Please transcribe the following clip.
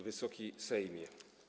Wysoki Sejmie!